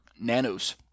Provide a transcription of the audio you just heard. Nanos